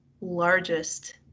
largest